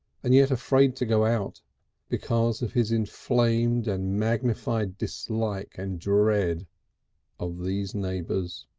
and yet afraid to go out because of his inflamed and magnified dislike and dread of these neighbours.